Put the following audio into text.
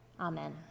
Amen